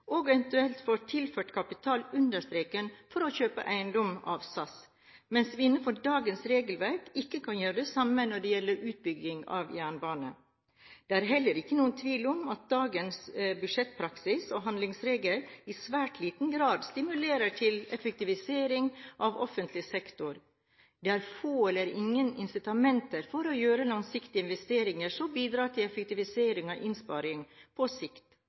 og eventuelt få tilført kapital under streken for å kjøpe eiendom av SAS, mens vi innenfor dagens regelverk ikke kan gjøre det samme når det gjelder utbygging av jernbane. Det er heller ikke noen tvil om at dagens budsjettpraksis og handlingsregel i svært liten grad stimulerer til effektivisering av offentlig sektor. Det er få eller ingen incitamenter for å gjøre langsiktige investeringer som bidrar til effektivisering og innsparing på sikt,